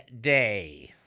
day